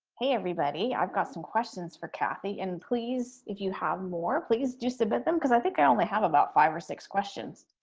hey everybody. i've got some questions for cathy and please, if you have more, please do submit them because i think i only have about five or six questions.